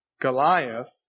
Goliath